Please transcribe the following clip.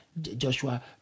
Joshua